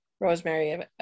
Rosemary